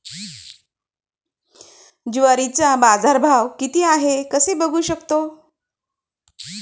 ज्वारीचा बाजारभाव किती आहे कसे बघू शकतो?